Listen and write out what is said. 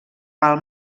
pal